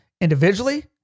individually